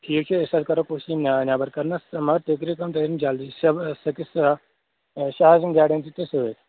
ٹھیٖک چھُ أسۍ حظ کرو کوٗشِش یِم نا نیٚبر کَڈنَس مَگر تُہۍ کٔرِو کٲم تُہۍ أنِو جلدی سیَون سِکِس شیٚے حظ گاڑِ أنۍزیٚو تُہۍ سۭتۍ